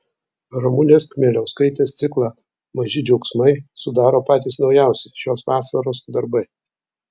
ramunės kmieliauskaitės ciklą maži džiaugsmai sudaro patys naujausi šios vasaros darbai